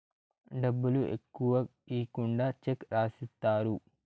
డబ్బులు ఎక్కువ ఈకుండా చెక్ రాసిత్తారు